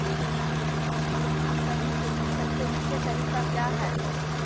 किट को नास करने के लिए सबसे ऊंचे तरीका काया है?